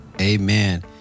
Amen